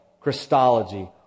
Christology